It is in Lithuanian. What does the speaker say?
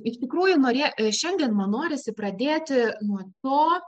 iš tikrųjų norė šiandien man norisi pradėti nuo to